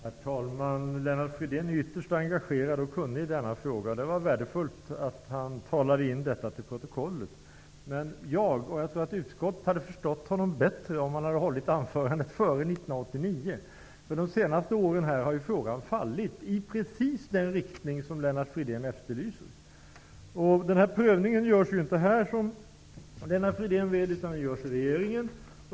Herr talman! Lennart Fridén är ytterst engagerad och kunnig i denna fråga. Det var värdefullt att han sade detta så att det kommer med i protokollet. Men jag och utskottet, tror jag, hade förstått honom bättre om han hade hållit detta anförande före 1989. Under de senaste åren har ju frågan fallit i precis den riktning som Lennart Fridén efterlyser. Den här prövningen görs ju som Lennart Fridén vet inte här utan i regeringen.